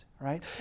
right